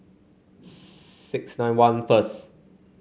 six nine one first